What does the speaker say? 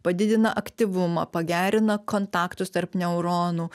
padidina aktyvumą pagerina kontaktus tarp neuronų